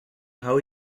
how